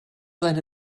seine